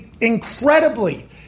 incredibly